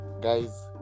guys